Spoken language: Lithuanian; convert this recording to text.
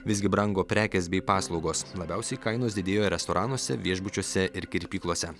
visgi brango prekės bei paslaugos labiausiai kainos didėjo restoranuose viešbučiuose ir kirpyklose